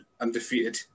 undefeated